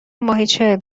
ماهیچه